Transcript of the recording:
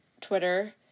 Twitter